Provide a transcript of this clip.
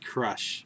Crush